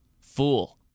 FOOL